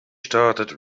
started